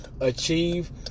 achieve